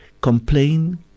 Complain